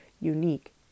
unique